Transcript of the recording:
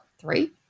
Three